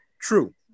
True